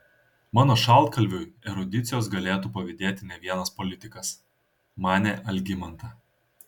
mano šaltkalviui erudicijos galėtų pavydėti ne vienas politikas manė algimanta